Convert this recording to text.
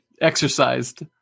Exercised